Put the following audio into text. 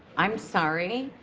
i'm sorry.